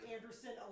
Anderson